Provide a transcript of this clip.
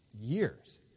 years